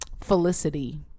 Felicity